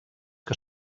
que